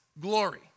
glory